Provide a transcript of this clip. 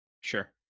Sure